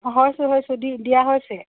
হৈছোঁ হৈছোঁ দিয়া হৈছে